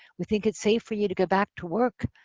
we think it's safe for you to go back to work.